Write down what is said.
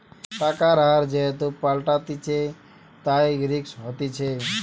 টাকার হার যেহেতু পাল্টাতিছে, তাই রিস্ক হতিছে